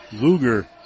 Luger